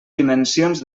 dimensions